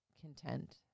content